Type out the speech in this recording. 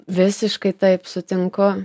visiškai taip sutinku